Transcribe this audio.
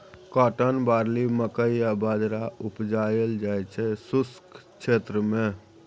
cotton, barley, मकइ आ बजरा उपजाएल जाइ छै शुष्क क्षेत्र मे